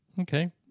Okay